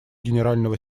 генерального